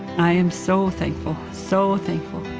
i'm so thankful, so thankful,